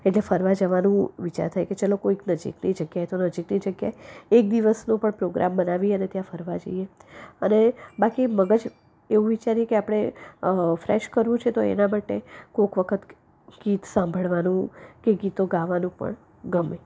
એટલે ફરવા જવાનું વિચાર થાય કે ચલો કોઈક નજીકની જગ્યાએ તો નજીકની જગ્યાએ એક દિવસનો પણ પ્રોગ્રામ બનાવી અને ત્યાં ફરવા જઈએ અને બાકી મગજ એવું વિચારીએ કે આપણે ફ્રેશ કરવું છે તો એના માટે કોઈક વખત ગીત સાંભળવાનું કે ગીતો ગાવાનું પણ ગમે